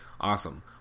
Awesome